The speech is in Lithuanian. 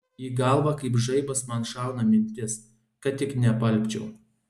į galvą kaip žaibas man šauna mintis kad tik neapalpčiau